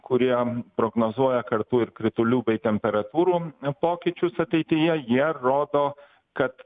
kurie prognozuoja kartu ir kritulių bei temperatūrų pokyčius ateityje jie rodo kad